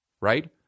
right